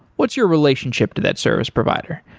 what's your relationship to that service provider?